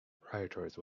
prioritize